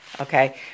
okay